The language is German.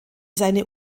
seine